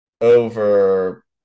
over